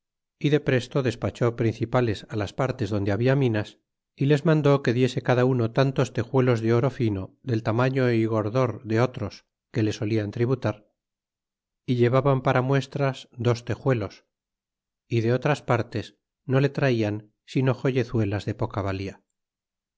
y de presto despachó principales á las partes donde habla minas y les mandó que diese cada uno tantos tejuelos de oro fino del tamaño y gordor de otros que le solían tributar y llevaban para muestras dos tejuelos y de otras partes no le rajan sino joyezuelas de poca valía